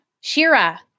Shira